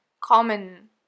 common